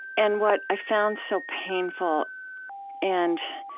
and what i've found so painful and,